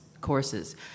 courses